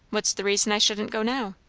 what's the reason i shouldn't go now?